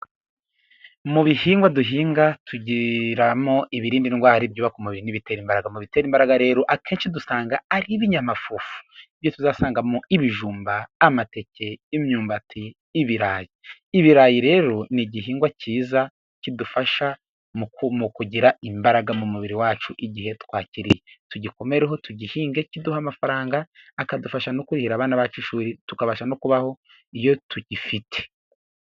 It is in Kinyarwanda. Mu bihingwa duhinga tugiramo ibirindi indwara, ibyubaka umubiri n'ibitera imbaraga. Ibitera imbaraga rero akenshi dusanga ari ibinyamafufu ibyo tuzasangamo; ibijumba, amateke, imyumbati n'ibirayi. Ibirayi rero ni igihingwa cyiza kidufasha mu kugira imbaraga mu mubiri wacu, igihe twakiriye tugikomereho tugihinge kiduha amafaranga akadufasha no kurihira abana bacu ishuri, tukabasha no kubaho iyo tugifite.